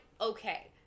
okay